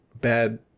bad